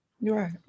right